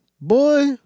Boy